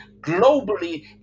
globally